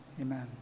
Amen